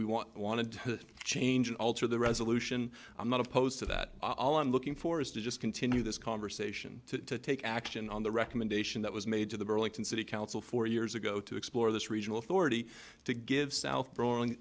we want wanted to change and alter the resolution i'm not opposed to that all i'm looking for is to just continue this conversation to take action on the recommendation that was made to the burlington city council four years ago to explore this regional authority to give south growing